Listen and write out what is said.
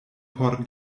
por